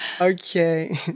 Okay